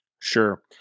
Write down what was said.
Sure